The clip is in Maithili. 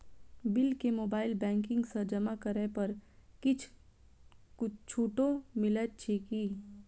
बिल केँ मोबाइल बैंकिंग सँ जमा करै पर किछ छुटो मिलैत अछि की?